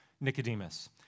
Nicodemus